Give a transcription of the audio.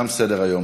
תם סדר-היום.